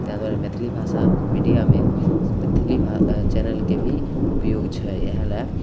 इएह दुआरे मैथिली भाषा मिडिआमे मैथिली भा चैनलके भी उपयोग छै इएहले